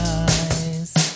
eyes